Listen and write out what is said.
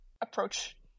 approach